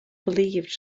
believed